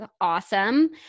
awesome